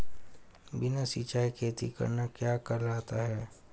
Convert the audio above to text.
बिना सिंचाई खेती करना क्या कहलाता है?